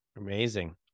Amazing